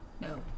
No